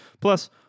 plus